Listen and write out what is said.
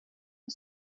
jag